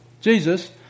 Jesus